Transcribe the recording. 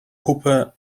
puppe